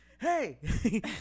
hey